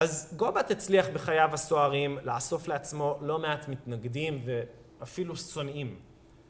אז גובט הצליח בחייו הסוערים לאסוף לעצמו לא מעט מתנגדים ואפילו שונאים.